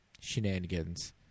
shenanigans